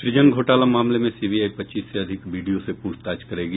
सूजन घोटाला मामले में सीबीआई पच्चीस से अधिक बीडीओ से पूछताछ करेगी